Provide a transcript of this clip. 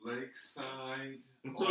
Lakeside